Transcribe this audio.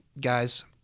Guys